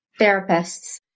therapists